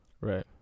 Right